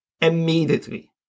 immediately